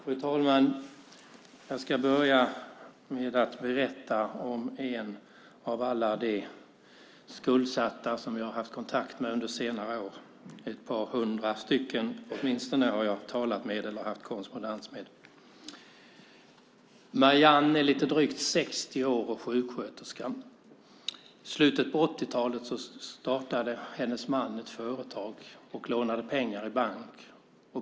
Fru talman! Jag ska börja med att berätta om en av alla de skuldsatta jag har haft kontakt med under senare år. Jag har talat eller haft korrespondens med åtminstone ett par hundra stycken. Marianne är lite drygt 60 år och sjuksköterska. I slutet av 80-talet startade hennes man ett företag och lånade pengar i bank.